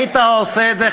היית עושה את זה,